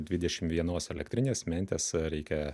dvidešim vienos elektrinės mentes reikia